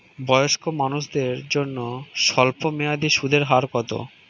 বয়স্ক মানুষদের জন্য স্বল্প মেয়াদে সুদের হার কত?